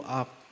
up